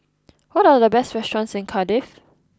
what are the best restaurants in Cardiff